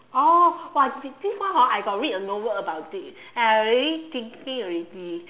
oh !wah! this this one hor I got read a novel about it and I already thinking already